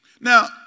Now